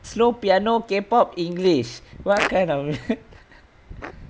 slow piano K pop english what kind of